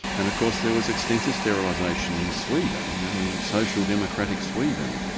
and of course there was extensive sterilisation in sweden, you know in social-democratic sweden.